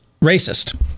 racist